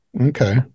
Okay